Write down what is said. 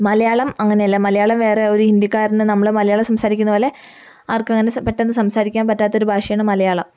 മലയാളം അങ്ങനെയല്ല മലയാളം വേറെ ഒരു ഹിന്ദിക്കാരന് നമ്മൾ മലയാളം സംസാരിക്കുന്ന പോലെ ആർക്കും അങ്ങനെ സ് പെട്ടെന്ന് സംസാരിക്കാൻ പറ്റാത്ത ഒരു ഭാഷയാണ് മലയാളം